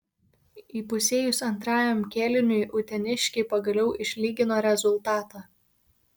įpusėjus antrajam kėliniui uteniškiai pagaliau išlygino rezultatą